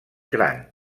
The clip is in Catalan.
gran